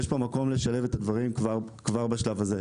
יש מקום לשלב את הדברים כבר בשלב הזה.